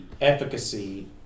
efficacy